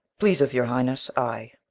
pleaseth your highness, ay.